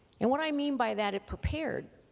and what i mean by that, prepared,